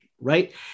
right